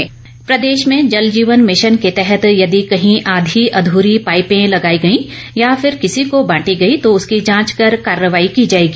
प्रश्नकाल प्रदेश में जल जीवन भिशन के तहत यदि कहीं आधी अध्री पाइपें लगाई गई या फिर किसी को बांटी गई तो उसकी जांच कर कार्रवाई की जाएगी